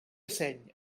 seny